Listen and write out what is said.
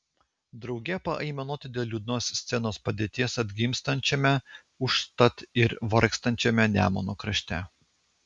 drauge paaimanuoti dėl liūdnos scenos padėties atgimstančiame užtat ir vargstančiame nemuno krašte